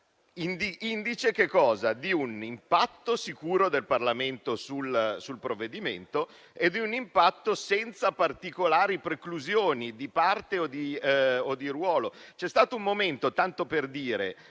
indice di un impatto sicuro del Parlamento sul provvedimento e di un impatto senza particolari preclusioni di parte o di ruolo. C'è stato un momento che vale